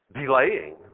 delaying